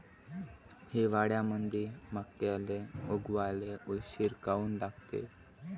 हिवाळ्यामंदी मक्याले उगवाले उशीर काऊन लागते?